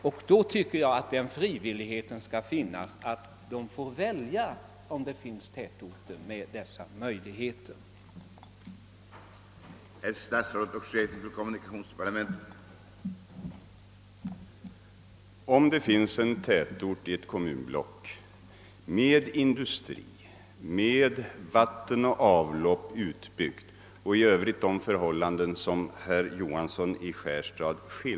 Jag tycker att de skall ha sin frihet att välja bostadsort, om det finns tätorter med förutsättningar som tilltalar dem.